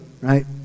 right